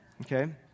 Okay